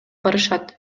барышат